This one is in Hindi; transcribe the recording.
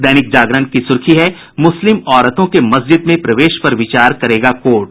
दैनिक जागरण की सुखी है मुस्लिम औरतों के मस्जिद में प्रवेश पर विचार करेगा कोर्ट